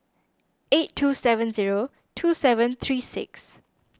eight two seven zero two seven three six